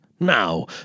Now